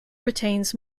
retains